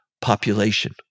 population